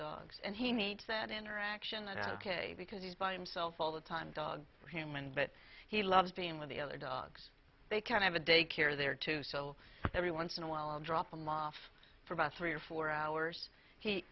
dogs and he needs that interaction that ok because he's by himself all the time dogs are human but he loves being with the other dogs they can have a daycare there too so every once in a while i'll drop him off for about three or four hours he